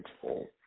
full